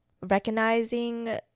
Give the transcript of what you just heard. recognizing